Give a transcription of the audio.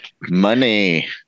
money